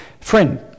friend